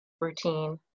routine